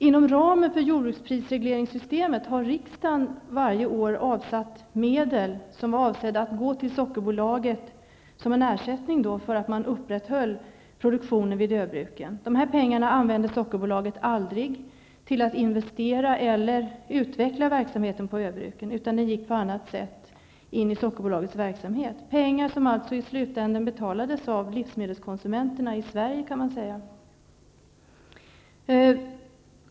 Inom ramen för jordbruksprisregleringssystemet har riksdagen varje år avsatt medel som varit avsedda att gå till Sockerbolaget som en ersättning för att man upprätthöll produktionen vid öbruken. De här pengarna använde Sockerbolaget aldrig till att investera eller utveckla verksamheten i öbruken, utan de gick på annat sätt in i Sockerbolagets verksamhet. Det var pengar som i slutändan betalades av livsmedelskonsumenterna i Sverige.